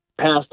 passed